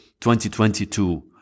2022